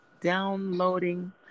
downloading